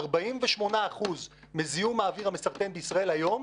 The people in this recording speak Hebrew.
מוביל ל-48% מזיהום האוויר המסרטן בישראל היום.